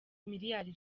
miliyari